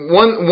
one